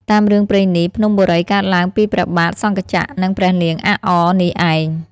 តាមរឿងព្រេងនេះ ភ្នំបូរីកើតឡើងពីព្រះបាទ សង្ខចក្រ និងព្រះនាង អាក់អ នេះឯង។